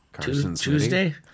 Tuesday